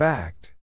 Fact